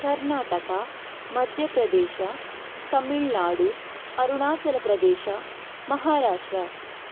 Karnataka Madhya Pradesh Tamil Nadu Arunachal Pradesh Maharashtra